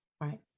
Right